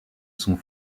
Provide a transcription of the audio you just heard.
sont